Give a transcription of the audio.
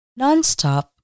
Nonstop